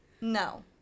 No